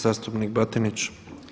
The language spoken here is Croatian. zastupnik Batinić.